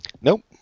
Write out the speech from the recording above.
Nope